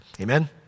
Amen